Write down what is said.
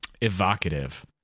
evocative